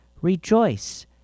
rejoice